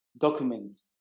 documents